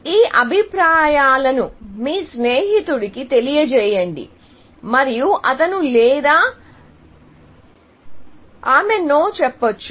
ఈ అభిప్రాయాలను మీ స్నేహితుడికి తెలియజేయండి మరియు అతను లేదా ఆమె నో చెప్పవచ్చు